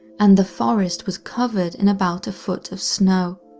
and the forest was covered in about a foot of snow.